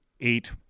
eight